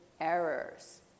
errors